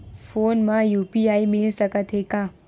Phone मा UPI मिल सकत हे का?